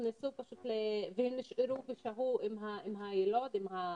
הן נשארו ושהו עם התינוק